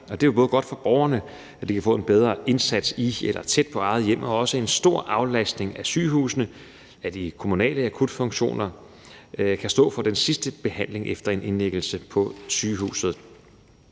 Det er godt for borgerne, så de kan få en bedre indsats i eller tæt på eget hjem, og det er også en stor aflastning af sygehusene, at de kommunale akutfunktioner kan stå for den sidste behandling efter en indlæggelse på sygehuset.